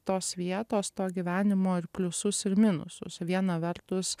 tos vietos to gyvenimo ir pliusus ir minusus viena vertus